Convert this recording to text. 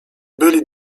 byli